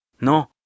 No